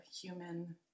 human